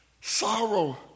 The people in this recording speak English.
sorrow